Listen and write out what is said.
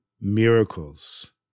miracles